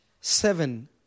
seven